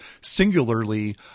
singularly